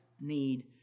need